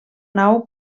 nau